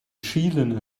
schielen